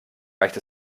reicht